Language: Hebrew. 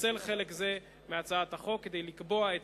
לפצל חלק זה מהצעת החוק כדי לקבוע את